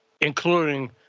including